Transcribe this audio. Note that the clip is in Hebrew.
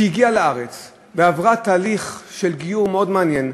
שהגיעה לארץ ועברה תהליך גיור מאוד מעניין,